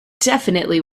definitely